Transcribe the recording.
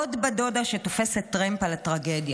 עוד בת דודה שתופסת טרמפ על הטרגדיה.